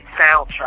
soundtrack